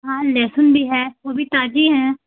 हाँ लहसुन भी है वो भी ताज़ी है